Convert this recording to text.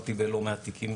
וטיפלתי בלא מעט תיקים